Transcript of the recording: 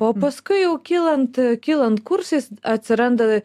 o paskui jau kylant kylant kursais atsiranda